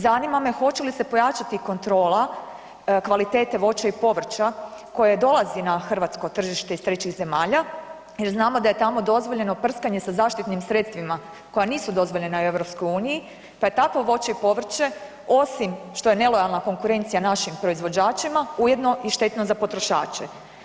Zanima me hoće li se pojačati kontrola kvalitete voća i povrća koje dolazi ha hrvatsko tržište iz trećih zemalja jer znamo da je tamo dozvoljeno prskanje sa zaštitnim sredstvima koja nisu dozvoljena u EU, pa je takvo voće i povrće osim što je nelojalna konkurencija našim proizvođačima ujedno i štetno za potrošače?